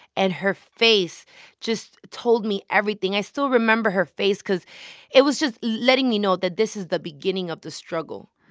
and her face just told me everything i still remember her face because it was just letting me know that this is the beginning of the struggle,